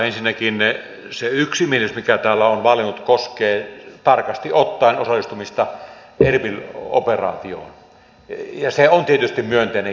ensinnäkin se yksimielisyys mikä täällä on vallinnut koskee tarkasti ottaen osallistumista erbil operaatioon ja se on tietysti myönteinen juttu